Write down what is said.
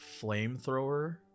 flamethrower